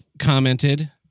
commented